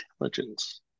intelligence